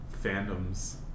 fandoms